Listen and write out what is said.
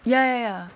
ya ya ya